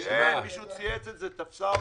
כ-1,300 עובדים.